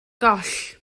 goll